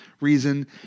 reason